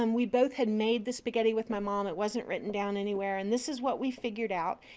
um we both had made the spaghetti with my mom. it wasn't written down anywhere. and this is what we figured out.